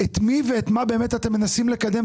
את מי ואת מה אתם באמת מנסים לקדם?